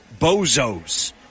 bozos